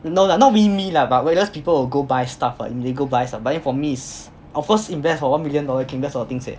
no lah not really me lah but because people will go buy stuff what illegal buys what but then for me of course invest what one million dollars you can invest in a lot of things eh